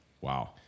Wow